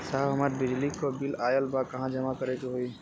साहब हमार बिजली क बिल ऑयल बा कहाँ जमा करेके होइ?